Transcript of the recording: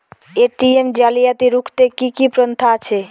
ATM জালিয়াতি রুখতে কি কি পন্থা আছে?